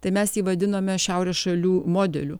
tai mes jį vadinome šiaurės šalių modeliu